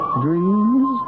dreams